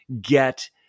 get